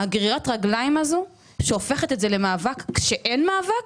גרירת הרגליים הזו שהופכת את זה למאבק כשאין מאבק,